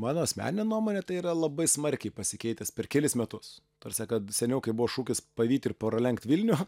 mano asmenine nuomone tai yra labai smarkiai pasikeitęs per kelis metus ta prasme kad seniau kai buvo šūkis pavyt ir pralenkt vilnių